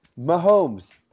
Mahomes